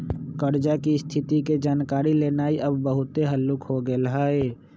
कर्जा की स्थिति के जानकारी लेनाइ अब बहुते हल्लूक हो गेल हइ